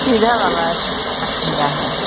सीधा वाला है काटने का है